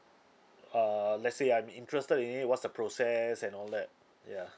err let's say I'm interested in it what's the process and all that ya